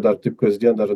dar taip kasdien dar